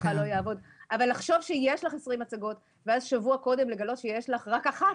אבל לחשוב שיש 20 הצגות ואז להבין שיש רק אחת,